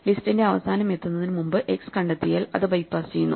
ലിസ്റ്റിന്റെ അവസാനം എത്തുന്നതിനു മുൻപ് x കണ്ടെത്തിയാൽ അത് ബൈപാസ് ചെയ്യുന്നു